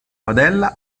padella